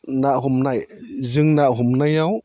ना हमनाय जों ना हमनायाव